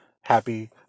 Happy